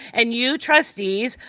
and you, trustees,